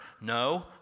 no